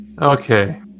Okay